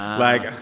like,